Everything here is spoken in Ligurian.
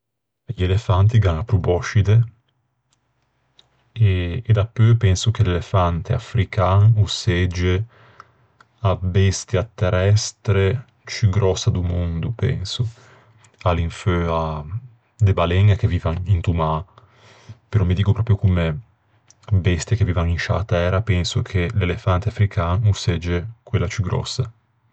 I elefanti gh'an a probòscide. E dapeu penso che l'elefante african o segge a bestia terrestre ciù gròssa do mondo, penso. À l'infeua de baleñe che vivan into mâ. Però mi diggo pròpio comme bestie che vivan in sciâ tæra, penso che l'elefante african o segge quella ciù gròssa.